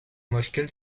مشکل